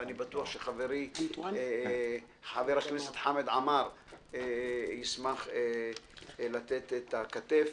ואני בטוח שחברי חבר הכנסת חמד עמאר ישמח לתת כתף.